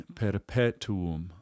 perpetuum